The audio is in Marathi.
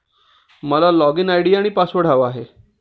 मला लॉगइन आय.डी आणि पासवर्ड हवा आहे